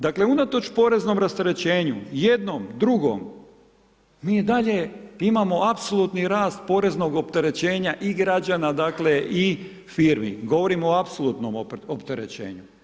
Dakle unatoč poreznog rasterećenju, jednom, drugom, mi i dalje imamo apsolutni rast poreznog opterećenja i građana dakle i firmi, govorimo o apsolutnom opterećenju.